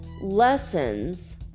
lessons